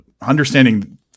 understanding